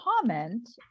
comment